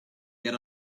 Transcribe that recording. get